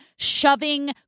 Shoving